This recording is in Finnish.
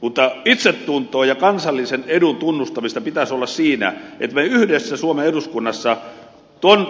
mutta itsetuntoa ja kansallisen edun tunnustamista pitäisi olla siinä että me yhdessä suomen eduskunnassa